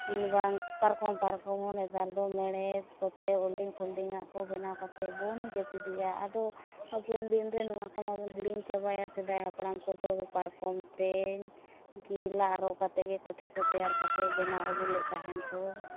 ᱠᱤᱢᱵᱟ ᱯᱟᱨᱠᱚᱢ ᱯᱟᱨᱠᱚᱢ ᱦᱚᱸ ᱱᱮᱛᱟᱨ ᱫᱚ ᱢᱮᱲᱦᱮᱫ ᱠᱚᱛᱮ ᱚᱞᱰᱤᱝ ᱯᱷᱳᱞᱰᱤᱝ ᱟᱜ ᱠᱚ ᱵᱮᱱᱟᱣ ᱠᱟᱛᱮᱫ ᱵᱚᱱ ᱡᱟᱹᱯᱤᱫᱮᱜᱼᱟ ᱟᱫᱚ ᱦᱟᱯᱮᱱ ᱫᱤᱱ ᱨᱮ ᱱᱚᱣᱟ ᱠᱚ ᱢᱟᱵᱚᱱ ᱦᱤᱲᱤᱧ ᱪᱟᱵᱟᱭᱟ ᱥᱮᱫᱟᱭ ᱦᱟᱯᱲᱟᱢ ᱠᱚᱫᱚ ᱯᱟᱨᱠᱚᱢ ᱛᱮᱧ ᱠᱤ ᱞᱟᱜ ᱨᱟᱜ ᱨᱚᱜ ᱠᱟᱛᱮᱫ ᱜᱮ ᱠᱚᱴᱷᱮ ᱠᱚ ᱛᱮᱭᱟᱨ ᱠᱟᱛᱮᱫ ᱵᱮᱱᱟᱣ ᱟᱹᱜᱩ ᱞᱮᱫ ᱛᱟᱦᱮᱱ ᱠᱚ